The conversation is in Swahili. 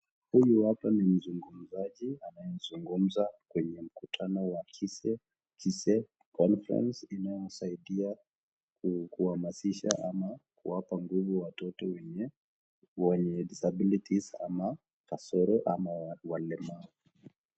Huyu gapa ni mzugumzaji anayezungumza kwenye mkutano wa KISSE.KISSE conference inayosaodia kuhamasisha ama kuwapa nguvu watoto wenye dissabilities ama kadolo ama walemavu.